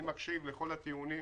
אני מקשיב לכל הטיעונים